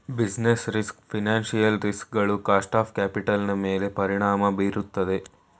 business risk financial ರಿಸ್ ಗಳು cost of capital ನನ್ಮೇಲೆ ಪರಿಣಾಮ ಬೀರುತ್ತದೆ